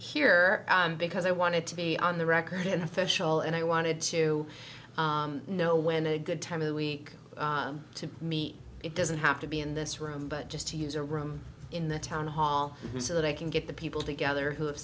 here because i wanted to be on the record an official and i wanted to know when a good time of the week to meet it doesn't have to be in this room but just to use a room in the town hall so that i can get the people together who have